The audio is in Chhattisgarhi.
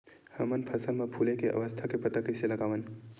हमन फसल मा फुले के अवस्था के पता कइसे लगावन?